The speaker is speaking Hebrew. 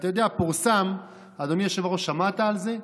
ואתה יודע, פורסם, אדוני היושב-ראש, שמעת על זה?